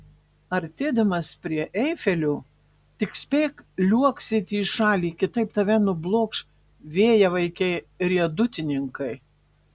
artėdamas prie eifelio tik spėk liuoksėti į šalį kitaip tave nublokš vėjavaikiai riedutininkai